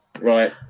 right